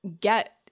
get